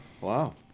Wow